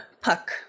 Puck